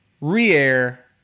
re-air